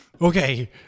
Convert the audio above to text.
okay